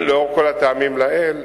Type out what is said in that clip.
לאור כל הטעמים לעיל,